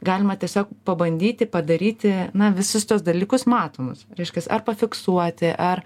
galima tiesiog pabandyti padaryti na visus tuos dalykus matomus reiškias ar pafiksuoti ar